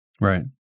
Right